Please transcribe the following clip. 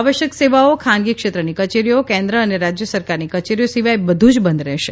આવશ્યક સેવાઓ ખાનગી ક્ષેત્રની કચેરીઓ કેન્દ્ર અને રાજ્ય સરકારની કચેરીઓ સિવાય બધું જ બંધ રહેશે